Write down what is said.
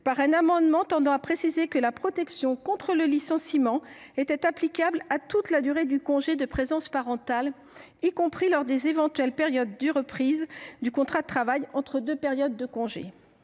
par un amendement tendant à préciser que la protection contre le licenciement était applicable à toute la durée du congé de présence parentale, y compris lors des éventuelles périodes de reprise du contrat de travail entre deux périodes de congés.